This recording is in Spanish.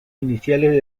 iniciales